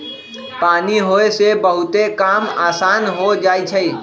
पानी होय से बहुते काम असान हो जाई छई